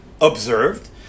observed